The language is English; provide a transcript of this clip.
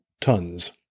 tons